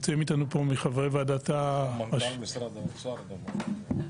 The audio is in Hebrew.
מנכ"ל משרד האוצר גם.